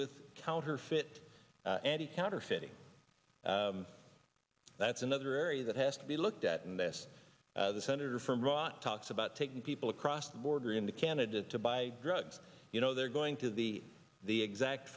with counterfeit and counterfeiting that's another area that has to be looked at and this the senator from rot talks about taking people across the border into canada to buy drugs you know they're going to the the exact